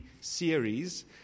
series